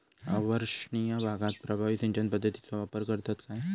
अवर्षणिय भागात प्रभावी सिंचन पद्धतीचो वापर करतत काय?